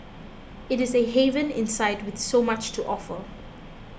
it is a haven inside with so much to offer